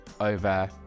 over